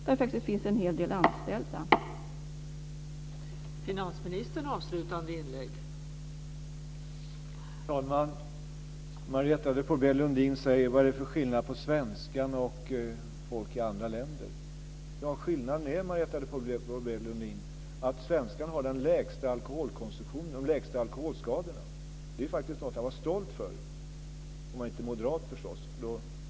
Det finns faktiskt en hel del anställda där.